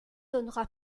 donnera